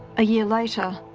a year later,